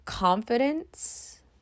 Confidence